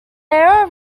error